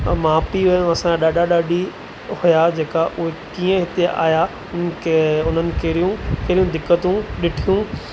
माउ पीउ हुआ असां ॾाॾा ॾाॾी हुआ जेका उहे कीअं हिते आहियां उहो की उन्हनि कहिड़ियूं कहिड़ियूं दिक़तूं ॾिठियूं